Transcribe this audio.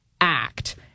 act